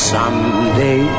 Someday